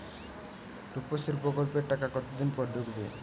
রুপশ্রী প্রকল্পের টাকা কতদিন পর ঢুকবে?